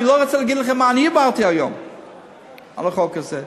אני לא רוצה להגיד לכם מה אני העברתי היום על החוק הזה.